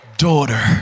daughter